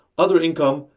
other income,